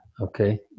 Okay